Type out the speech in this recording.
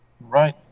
Right